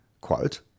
quote